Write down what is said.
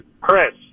Chris